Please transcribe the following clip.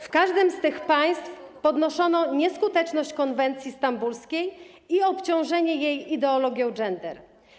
W każdym z tych państw podnoszono nieskuteczność konwencji stambulskiej i obciążenie jej ideologią gender.